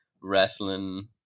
wrestling